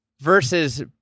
Versus